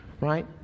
right